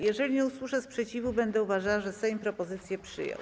Jeżeli nie usłyszę sprzeciwu, będę uważała, że Sejm propozycję przyjął.